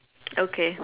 okay